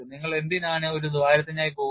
നിങ്ങൾ എന്തിനാണ് ഒരു ദ്വാരത്തിനായി പോകുന്നത്